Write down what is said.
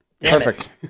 Perfect